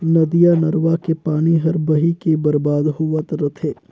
नदिया नरूवा के पानी हर बही के बरबाद होवत रथे